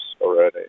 already